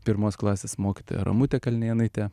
pirmos klasės mokytoja ramutė kalnėnaitė